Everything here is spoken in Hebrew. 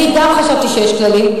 גם אני חשבתי שיש כללים,